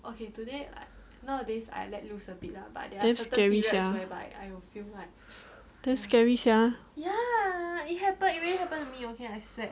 damn scary sia damn scary sia